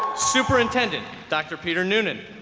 superintendent dr. peter noonan,